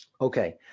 Okay